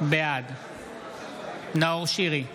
בעד נאור שירי,